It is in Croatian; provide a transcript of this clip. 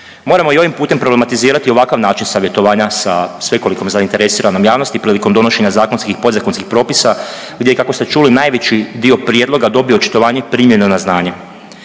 Moramo i ovim putem problematizirati ovakav način savjetovanja sa svekolikom zainteresiranom javnosti prilikom donošenja zakonskih i podzakonskih propisa gdje je kako ste čuli najveći dio prijedloga dobio očitovanje primljeno na znanje.